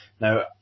Now